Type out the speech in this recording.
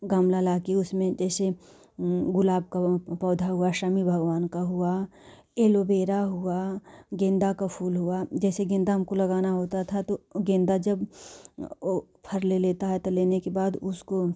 गमला लाकर उसमें जैसे गुलाब का पौधा हुआ शनि भगवान का हुआ एलो बेरा हुआ गेंदा का फूल हुआ जैसे गेंदा हमको लगाना होता था तो गेंदा जब फर ले लेता है तो लेने के बाद उसको